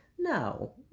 No